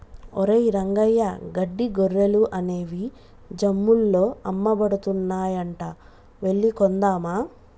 ఒరేయ్ రంగయ్య గడ్డి గొర్రెలు అనేవి జమ్ముల్లో అమ్మబడుతున్నాయంట వెళ్లి కొందామా